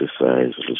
exercise